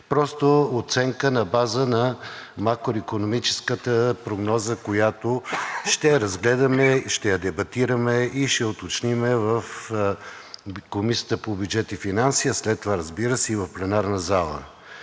просто оценка на база на макроикономическата прогноза, която ще разгледаме, ще я дебатираме и ще уточним в Комисията по бюджет и финанси, а след това, разбира се, и в пленарната зала.